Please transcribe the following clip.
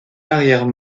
arrière